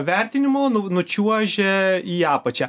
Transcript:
vertinimo nu nučiuožė į apačią